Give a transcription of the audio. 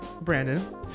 Brandon